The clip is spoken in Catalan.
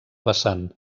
vessant